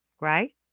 Right